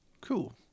Cool